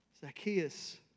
Zacchaeus